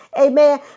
Amen